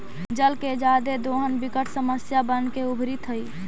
जल के जादे दोहन विकट समस्या बनके उभरित हई